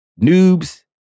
Noobs